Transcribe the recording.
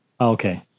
okay